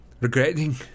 regretting